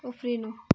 उफ्रिनु